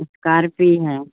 Scorpio ہے